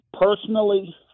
personally